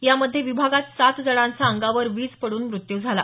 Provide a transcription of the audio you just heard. यामध्ये विभागात सात जणांचा अंगावर वीज पडून मृत्यू झाला